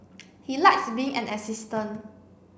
he likes being an assistant